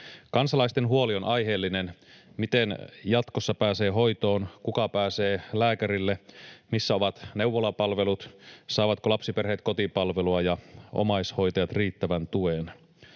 Kansalaisten huoli on aiheellinen: Miten jatkossa pääsee hoitoon? Kuka pääsee lääkärille? Missä ovat neuvolapalvelut? Saavatko lapsiperheet kotipalvelua ja omaishoitajat riittävän tuen?